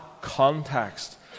context